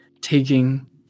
taking